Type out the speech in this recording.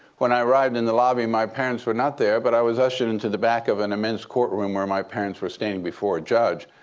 when i arrived in the lobby, my parents were not there. but i was ushered into the back of an immense courtroom where my parents were standing before a judge.